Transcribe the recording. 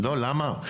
לא, למה?